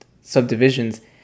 subdivisions